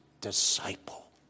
disciple